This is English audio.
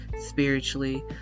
spiritually